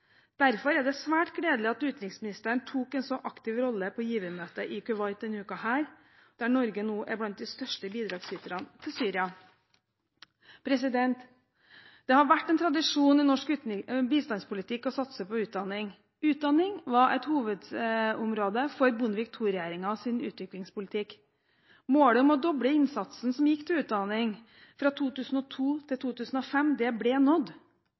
Derfor er det svært gledelig at utenriksministeren tok en så aktiv rolle på givermøtet i Kuwait denne uken, der Norge nå er blant de største bidragsyterne til Syria. Det har vært en tradisjon i norsk bistandspolitikk å satse på utdanning. Utdanning var et hovedområde for Bondevik II-regjeringens utviklingspolitikk. Målet om å doble innsatsen som gikk til utdanning fra 2002 til 2005, ble nådd.